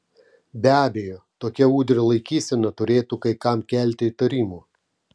be abejo tokia udrio laikysena turėtų kai kam kelti įtarimų